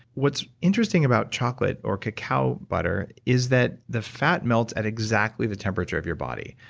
what's interesting about chocolate, or cacao butter, is that the fat melts at exactly the temperature of your body.